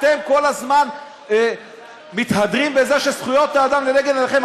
אתם כל הזמן מתהדרים בזה שזכויות האדם לנגד עיניכם.